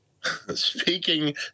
Speaking